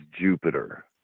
Jupiter